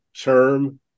term